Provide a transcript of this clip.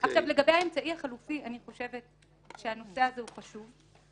לגבי האמצעי החלופי אני חושבת שהנושא הזה הוא חשוב.